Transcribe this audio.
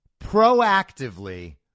proactively